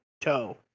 toe